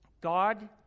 God